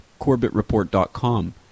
corbettreport.com